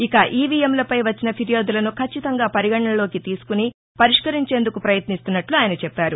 ఇక ఈవీఎంలపై వచ్చిన ఫిర్యాదులను కచ్చితంగా పరిగణనలోకి తీసుకుని పరిష్కరించేందుకు పయత్నిస్తున్నట్ల ఆయన చెప్పారు